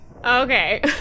Okay